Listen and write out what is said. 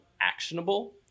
actionable